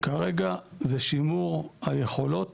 כרגע זה שימור היכולות